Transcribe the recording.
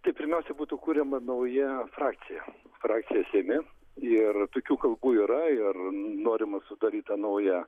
tai pirmiausia būtų kuriama nauja frakcija frakcija seime ir tokių kalbų yra ir norima sudaryt tą naują